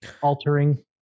altering